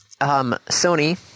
Sony